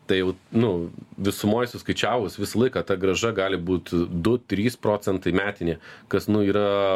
tai jau nu visumoj suskaičiavus visą laiką ta grąža gali būt du trys procentai metinė kas nu yra